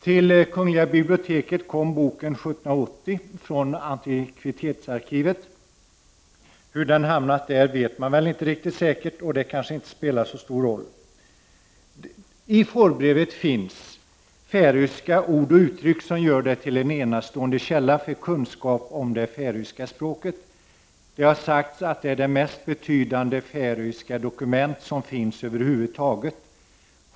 Till kungl. biblioteket kom boken 1780 från Antikvitetsarkivet. Hur boken hamnat där vet man inte riktigt säkert. Men det kanske inte spelar så stor roll att man inte vet det. I fårbrevet finns det färöiska ord och uttryck som gör att brevet är en enastående källa till kunskap om det färöiska språket. Det har sagts att fårbrevet är det mest betydande färöiska dokument som över huvud taget finns.